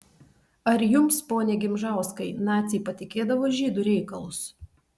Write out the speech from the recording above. ar jums pone gimžauskai naciai patikėdavo žydų reikalus